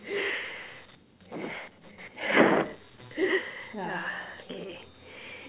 ya K